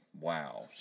Wow